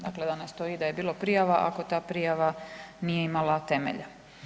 Dakle da ne stoji da je bilo prijava, ako ta prijava nije imala temelja.